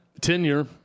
tenure